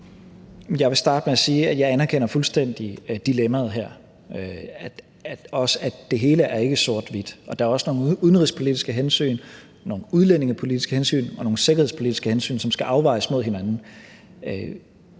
anerkender dilemmaet her, og også, at det hele ikke er sort-hvidt, og at der også er nogle udenrigspolitiske hensyn, nogle udlændingepolitiske hensyn og nogle sikkerhedspolitiske hensyn, som skal afvejes mod hinanden.